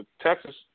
Texas